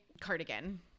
cardigan